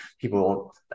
people